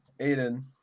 Aiden